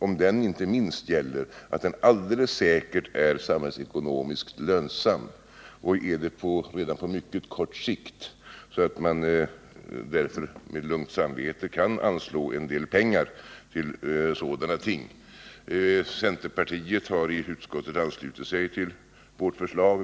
Om den gäller inte minst att den alldeles säkert är samhällsekonomiskt lönsam — och att den är det redan på mycket kort sikt — varför man med lugnt samvete kan anslå en del pengar till sådana ting. Centerpartiet har i utskottet anslutit sig till vårt förslag.